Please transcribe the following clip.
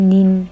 Nin